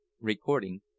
Recording